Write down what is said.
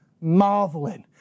marveling